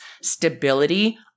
stability